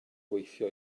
gweithio